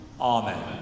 Amen